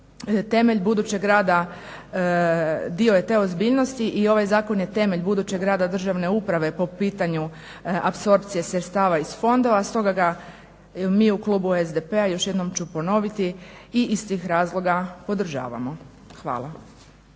Temelj budućeg rada dio je te ozbiljnosti i ovaj zakon je temelj budućeg rada državne uprave po pitanju apsorpcije sredstava iz fondova stoga ga mi u klubu SDP-a, još jednom ću ponoviti, i iz tih razloga podržavamo. Hvala.